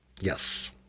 Yes